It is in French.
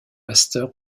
pasteur